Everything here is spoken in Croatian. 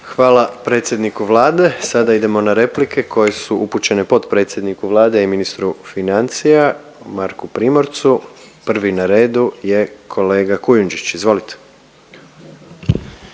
Hvala predsjedniku Vlade. Sada idemo na replike koje su upućene potpredsjedniku Vlade i ministru financija Marku Primorcu, prvi na redu je kolega Kujundžić, izvolite.